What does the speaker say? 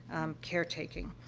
caretaking.